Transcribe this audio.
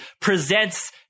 presents